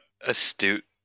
astute